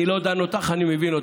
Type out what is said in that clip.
אני לא דן אותך, אני מבין אותך.